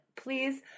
please